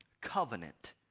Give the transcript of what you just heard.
covenant